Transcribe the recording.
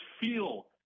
feel